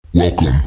welcome